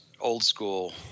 old-school